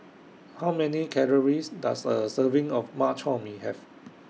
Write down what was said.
How Many Calories Does A Serving of Bak Chor Mee Have